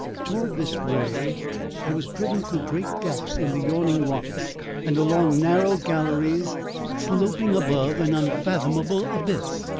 towards this ray i was driven through great gaps in the yawning rocks and along narrow galleries sloping above an unfathomable abyss.